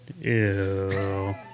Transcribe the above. Ew